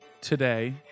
today